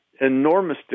enormous